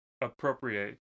appropriate